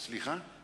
סליחה?